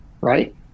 right